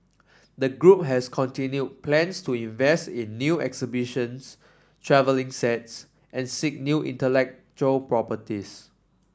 the group has continued plans to invest in new exhibitions travelling sets and seek new intellectual properties